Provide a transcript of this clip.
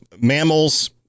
mammals